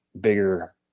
bigger